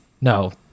No